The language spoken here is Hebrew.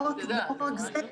ולא רק זה,